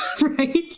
Right